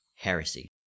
heresy